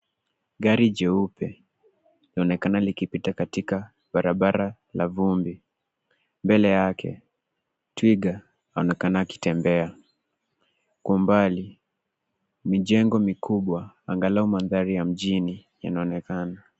Gari jeupe linaonekana likipita katika barabara la vumbi. Mbele yake, twiga anaonekana akitembea. Kwa mbali, mijengo mikubwa angalau mandari ya mjini yanaonekana.